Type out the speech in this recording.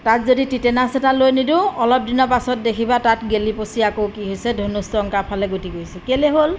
তাত যদি টিটেনাছ এটা লৈ নিদিওঁ অলপ দিনৰ পাছত দেখিবা তাত গেলি পঁচি আকৌ কি হৈছে ধনুষ্টংকাৰ ফালে গতি কৰিছে কেলেই হ'ল